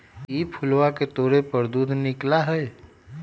ई फूलवा के तोड़े पर दूध निकला हई